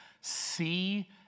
see